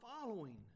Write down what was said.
following